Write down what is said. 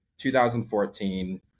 2014